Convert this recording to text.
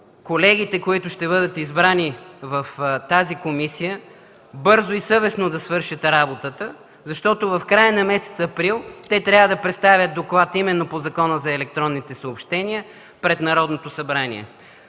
колегите, които ще бъдат избрани в тази комисия, бързо и съвестно да свършат работата, защото в края на месец април трябва да представят доклад именно по Закона за електронните съобщения пред Народното събрание.